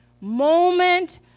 moment